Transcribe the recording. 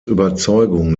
überzeugung